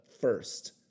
first